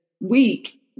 week